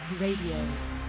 Radio